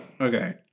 Okay